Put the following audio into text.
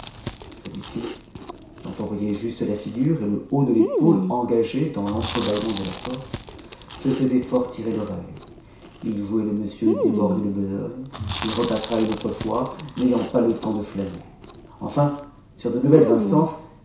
celui-ci dont on voyait juste la figure et le haut de l'épaule engagé dans l'entrebâillement de la porte se faisait fort tirer l'oreille il jouait le monsieur débordé de besogne qui repassera une autre fois n'ayant pas le temps de flâner enfin sur de nouvelles instances